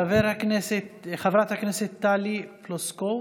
חברת הכנסת טלי פלוסקוב,